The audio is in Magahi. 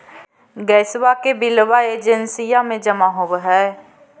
गैसवा के बिलवा एजेंसिया मे जमा होव है?